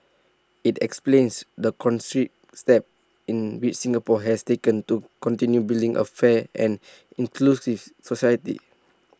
IT explains the steps in which Singapore has taken to continue building A fair and inclusive society